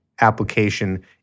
application